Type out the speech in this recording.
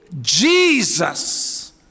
Jesus